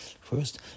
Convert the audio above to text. First